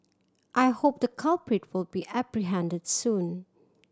I hope the culprit will be apprehended soon